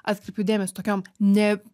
atkreipiu dėmesį tokiom ne